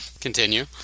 continue